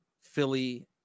Philly